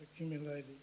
accumulated